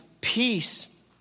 Peace